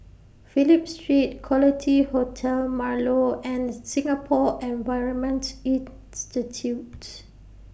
Phillip Street Quality Hotel Marlow and Singapore Environment Institute